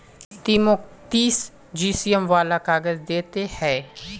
ती मौक तीस जीएसएम वाला काग़ज़ दे ते हैय्